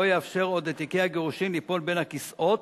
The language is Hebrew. לא יאפשר עוד לתיקי הגירושין ליפול בין הכיסאות,